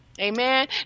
Amen